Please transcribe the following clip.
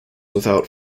without